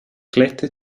glätte